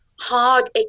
hard